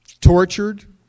tortured